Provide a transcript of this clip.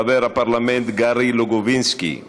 חבר הפרלמנט גארי לוגובינסקי,